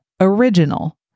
original